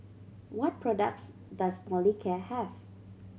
what products does Molicare have